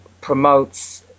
promotes